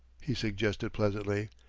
he suggested pleasantly.